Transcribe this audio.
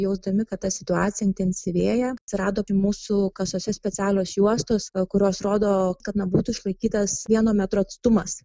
jausdami kad ta situacija intensyvėja atsirado mūsų kasose specialios juostos kurios rodo kad na būtų išlaikytas vieno metro atstumas